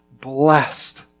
blessed